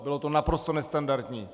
Bylo to naprosto nestandardní.